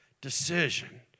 decision